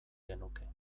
genuke